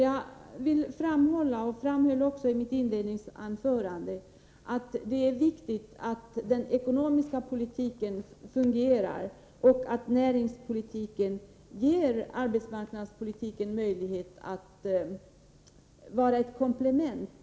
Jag vill framhålla, vilket jag också underströk i mitt inledningsanförande, att det är viktigt att den ekonomiska politiken fungerar och att näringspolitiken gör det möjligt för arbetsmarknadspolitiken att vara ett komplement.